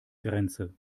grenze